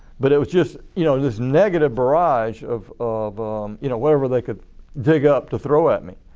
but it was just you know this negative barrage of of um you know whatever they could dig up to throw at me.